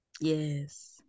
yes